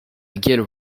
galle